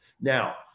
Now